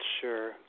sure